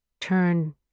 turn